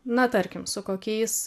na tarkim su kokiais